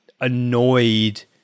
annoyed